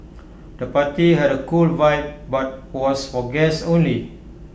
the party had A cool vibe but was for guests only